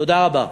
תודה רבה.